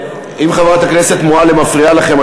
אם חברת הכנסת מועלם מפריעה לכם,